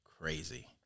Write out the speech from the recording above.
crazy